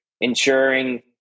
ensuring